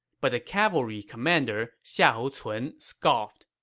but the cavalry commander, xiahou cun, scoffed.